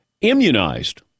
immunized